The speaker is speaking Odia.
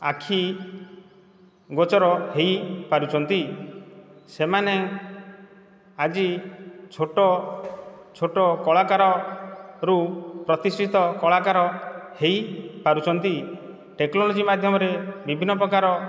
ଆଖି ଗୋଚର ହୋଇ ପାରୁଚନ୍ତି ସେମାନେ ଆଜି ଛୋଟ ଛୋଟ କଳାକାରରୁ ପ୍ରତିଷ୍ଠିତ କଳାକାର ହୋଇ ପାରୁଚନ୍ତି ଟେକ୍ନୋଲୋଜି ମାଧ୍ୟମରେ ବିଭିନ୍ନ ପ୍ରକାର